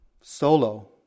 solo